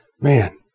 Man